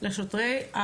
השוטרים.